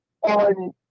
on